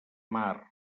mar